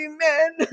Amen